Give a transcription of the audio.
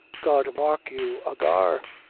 god mark you, ahagur!